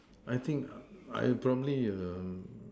I think I I probably err